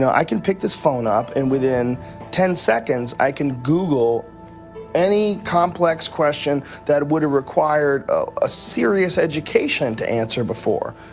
so i can pick this phone up, and within ten seconds, i can google any complex question that would've required a serious education to answer before.